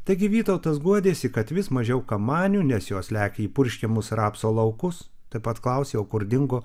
taigi vytautas guodėsi kad vis mažiau kamanių nes jos lekia į purškiamus rapsų laukus taip pat klausia kur dingo